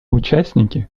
участники